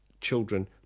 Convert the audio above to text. children